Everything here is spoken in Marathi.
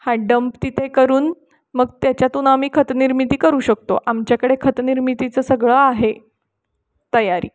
हा डम्प तिथे करून मग त्याच्यातून आम्ही खतनिर्मिती करू शकतो आमच्याकडे खतनर्मितीचं सगळं आहे तयारी